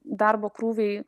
darbo krūviai